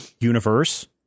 universe